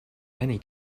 many